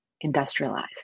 industrialized